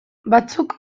batzuk